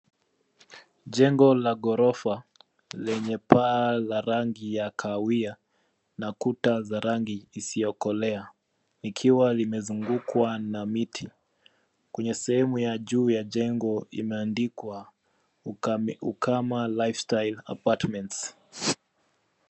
Jengo la gorofa lenye paa la rangi ya kahawia na kuta za rangi isiyokolea, likiwa limezungukwa na miti. Kwenye sehemu ya juu ya jengo imeandikwa Ukame Ukama Lifestyle Apartments .